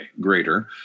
greater